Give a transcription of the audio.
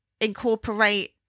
incorporate